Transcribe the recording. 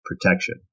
protection